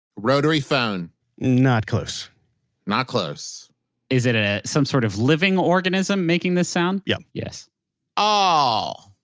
rotary phone not close not close is it ah some sort of living organism making this sound? yup yes oh.